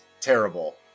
terrible